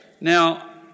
now